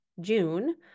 June